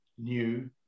new